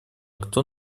кто